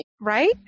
right